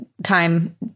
Time